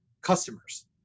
customers